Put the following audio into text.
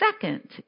second